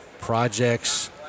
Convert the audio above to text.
projects